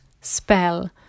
spell